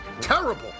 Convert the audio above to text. terrible